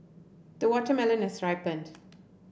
the watermelon has ripened